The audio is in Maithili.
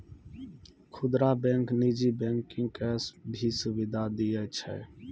खुदरा बैंक नीजी बैंकिंग के भी सुविधा दियै छै